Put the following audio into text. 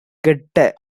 கெட்ட